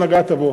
נגעת בו.